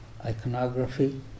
iconography